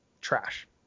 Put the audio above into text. trash